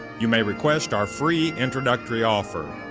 you may request our free introductory offer.